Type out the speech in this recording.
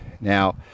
now